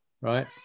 Right